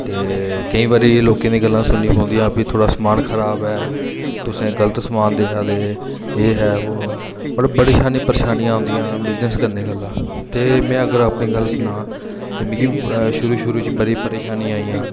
ते केईं बारी लोकें दी गल्लां सुननी पौंदियां भी थुआढ़ा समान खराब ऐ तुसें गल्त समान देआ दे एह् है वो ऐ मतलब बड़े सारियां परेशानियां औंदियां बिजनस करने गल्ला ते में अगर अपनी गल्ल सनां ते मिगी शुरू शुरू च बड़ी परेशानी आइयां